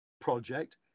project